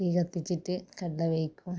തീ കത്തിച്ചിട്ട് കടല വേവിക്കുക